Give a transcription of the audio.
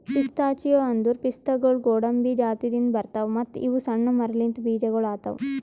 pistachio ಅಂದುರ್ ಪಿಸ್ತಾಗೊಳ್ ಗೋಡಂಬಿ ಜಾತಿದಿಂದ್ ಬರ್ತಾವ್ ಮತ್ತ ಇವು ಸಣ್ಣ ಮರಲಿಂತ್ ಬೀಜಗೊಳ್ ಆತವ್